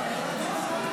בשם?